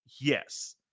yes